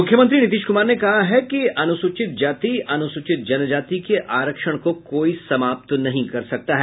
मुख्यमंत्री नीतीश कुमार ने कहा कि अनुसूचित जाति अनुसूचित जनजाति के आरक्षण को कोई समाप्त नहीं कर सकता है